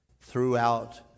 throughout